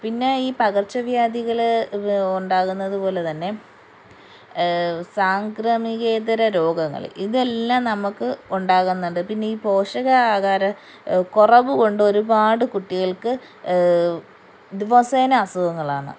പിന്നെ ഈ പകർച്ചവ്യാധികൾ ഉണ്ടാകുന്നതുപോലെ തന്നെ സാംക്രമികേതര രോഗങ്ങൾ ഇതെല്ലാം നമുക്ക് ഉണ്ടാകുന്നുണ്ട് പിന്നെ ഈ പോഷക ആഹാര കുറവുകൊണ്ട് ഒരുപാട് കുട്ടികൾക്ക് ദിവസേന അസുഖങ്ങളാണ്